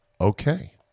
Okay